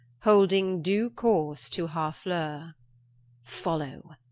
holding due course to harflew. follow,